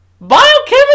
biochemistry